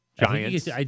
Giants